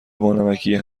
بانمکیه